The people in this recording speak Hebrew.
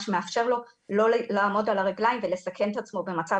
מה שמאפשר לו לא לעמוד על הרגליים ולסכן את עצמו במצב